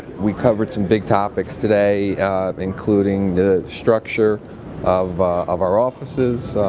we covered some big topics today including the structure of of our offices,